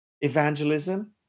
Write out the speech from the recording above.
evangelism